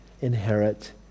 inherit